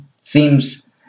Seems